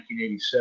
1987